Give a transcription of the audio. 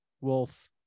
Wolf